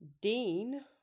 Dean